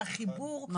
שהחיבור קריטי.